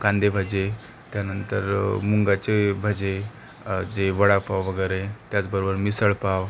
कांदा भजे त्यानंतर मुगाचे भजे जे वडापाव वगैरे त्याचबरोबर मिसळपाव